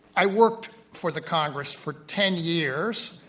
i worked for the congress for ten years,